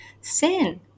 Sin